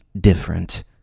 different